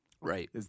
Right